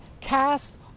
Cast